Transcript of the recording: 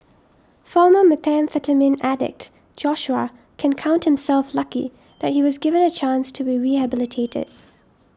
former methamphetamine addict Joshua can count himself lucky that he was given a chance to be rehabilitated